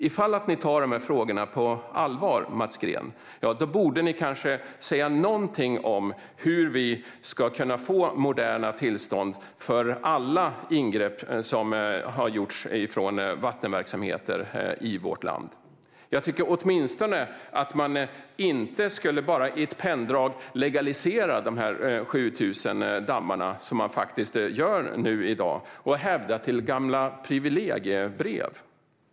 Ifall ni tar dessa frågor på allvar, Mats Green, borde ni kanske säga någonting om hur vi ska kunna få moderna tillstånd för alla ingrepp som har gjorts från vattenverksamheter i vårt land. Jag tycker åtminstone att man inte i ett penndrag skulle legalisera de 7 000 dammarna, som man faktiskt gör i dag, och hänvisa till gamla privilegiebrev.